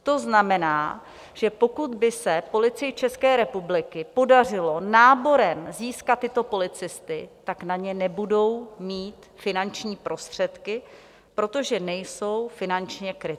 To znamená, že pokud by se Policii České republiky podařilo náborem získat tyto policisty, tak na ně nebudou mít finanční prostředky, protože nejsou finančně krytí.